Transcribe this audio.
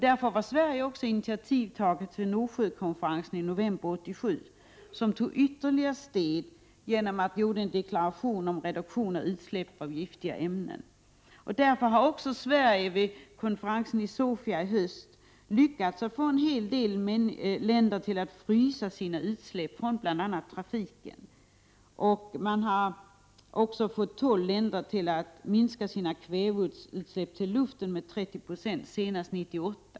Sverige tog också initiativ till Nordsjökonferensen i november 1987, där det togs ytterligare steg genom en deklaration om reduktion av utsläpp av giftiga ämnen. Därför lyckades Sverige också vid konferensen i Sofia i höst att få en hel del länder att frysa sina utsläpp, bl.a. från trafiken. Man har också fått tolv länder att senast 1998 minska sina kväveutsläpp i luften med 30 96.